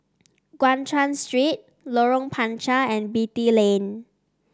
Guan Chuan Street Lorong Panchar and Beatty Lane